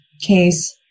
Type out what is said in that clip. case